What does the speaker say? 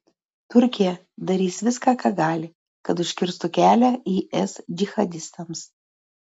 turkija darys viską ką gali kad užkirstų kelią is džihadistams